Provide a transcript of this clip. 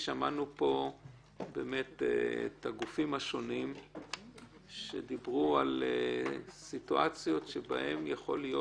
שמענו פה את הגופים השונים שדיברו על סיטואציות שיכול להיות